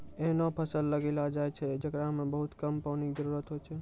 ऐहनो फसल लगैलो जाय छै, जेकरा मॅ बहुत कम पानी के जरूरत होय छै